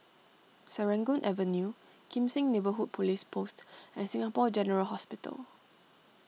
Serangoon Avenue Kim Seng Neighbourhood Police Post and Singapore General Hospital